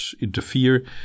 interfere